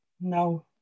no